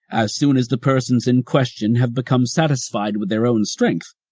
as soon as the persons in question have become satisfied with their own strength,